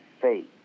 faith